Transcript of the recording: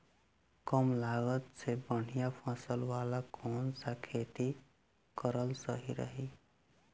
कमलागत मे बढ़िया फसल वाला कौन सा खेती करल सही रही?